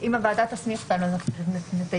אם הוועדה תסמיך אותנו אז אנחנו נטייב.